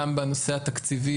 גם בנושא התקציבי,